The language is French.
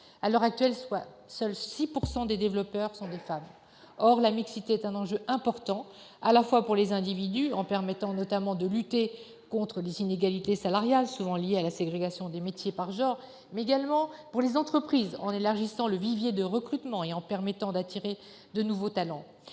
À l'heure actuelle, seuls 6 % des développeurs sont des femmes ! Or la mixité est un enjeu important non seulement pour les individus- notamment en matière de lutte contre les inégalités salariales, qui sont souvent liées à la ségrégation des métiers par genre -, mais également pour les entreprises, en élargissant le vivier de recrutement et en leur permettant d'attirer de nouveaux talents.